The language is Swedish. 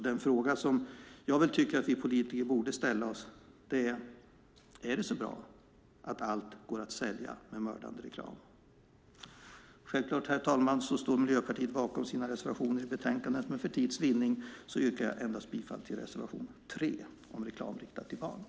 Den fråga jag tycker att vi politiker borde ställa oss är: Är det så bra att allt går att sälja med mördande reklam? Självklart, herr Talman, står Miljöpartiet bakom sina reservationer i betänkandet, men för tids vinnande yrkar jag endast bifall till reservation 3 om reklam riktad till barn.